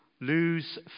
Lose